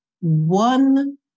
one